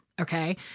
okay